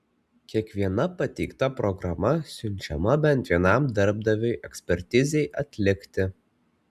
kiekviena pateikta programa siunčiama bent vienam darbdaviui ekspertizei atlikti